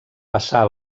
passà